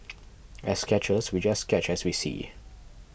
as sketchers we just sketch as we see